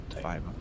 Five